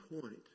point